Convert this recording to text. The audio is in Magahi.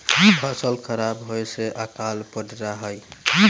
फसल खराब होवे से अकाल पडड़ा हई